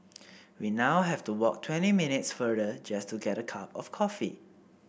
we now have to walk twenty minutes farther just to get a cup of coffee